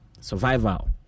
Survival